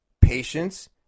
patience